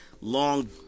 long